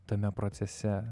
tame procese